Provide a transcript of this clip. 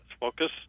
Focus